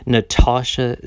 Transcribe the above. Natasha